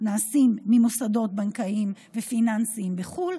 נעשים ממוסדות בנקאיים ופיננסיים בחו"ל.